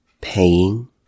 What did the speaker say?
paying